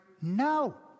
No